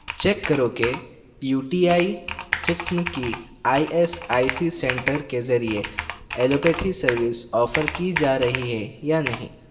check کرو کہ U T I قسم کی I S I C centre کے ذریعہ ایلوپیتھی سروس اوفر کی جا رہی ہے یا نہیں